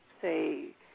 say